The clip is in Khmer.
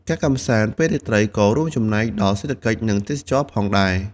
ការកម្សាន្តពេលរាត្រីក៏រួមចំណែកដល់ សេដ្ឋកិច្ច និង ទេសចរណ៍ ផងដែរ ។